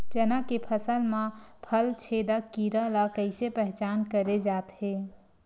चना के फसल म फल छेदक कीरा ल कइसे पहचान करे जाथे?